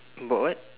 about what